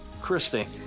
Christy